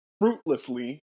fruitlessly